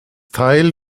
teil